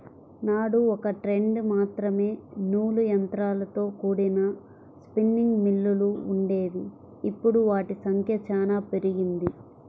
నాడు ఒకట్రెండు మాత్రమే నూలు యంత్రాలతో కూడిన స్పిన్నింగ్ మిల్లులు వుండేవి, ఇప్పుడు వాటి సంఖ్య చానా పెరిగింది